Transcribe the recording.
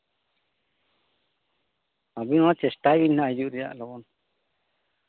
ᱟᱹᱵᱤᱱ ᱦᱚᱸ ᱪᱮᱥᱴᱟᱭ ᱵᱤᱱ ᱦᱤᱡᱩᱜ ᱨᱮᱭᱟᱜ ᱞᱚᱜᱚᱱ